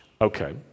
Okay